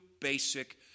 basic